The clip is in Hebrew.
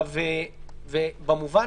צריך לחשוב איך רוצים לנסח את זה, במובן